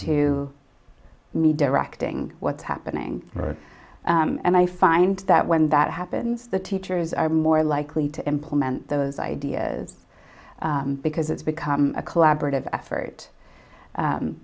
to me directing what's happening and i find that when that happens the teachers are more likely to implement those ideas because it's become a collaborative effort